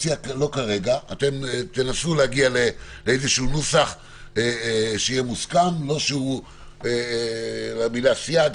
תנסו להגיע לנוסח שיהיה מוסכם לא שהמילה סייג,